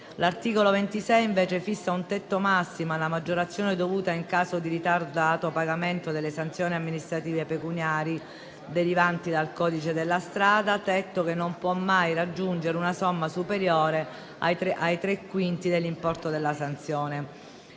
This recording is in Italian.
L'articolo 26 fissa un tetto massimo alla maggiorazione dovuta in caso di ritardato pagamento delle sanzioni amministrative pecuniarie derivanti dal codice della strada. Tale tetto non può mai raggiungere una somma superiore ai tre quinti dell'importo della sanzione.